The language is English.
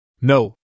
No